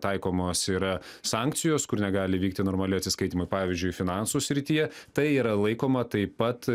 taikomos yra sankcijos kur negali vykti normali atsiskaitymai pavyzdžiui finansų srityje tai yra laikoma taip pat